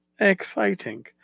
Exciting